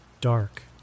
dark